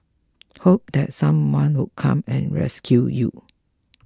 hope that someone would come and rescue you